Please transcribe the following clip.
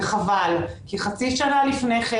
וחבל כי חצי שנה לפני כן,